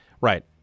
Right